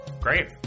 great